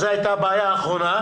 אז זו הייתה הבעיה האחרונה,